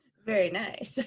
very nice.